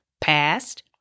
past